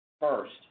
First